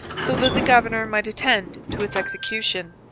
so that the governor might attend to its execution.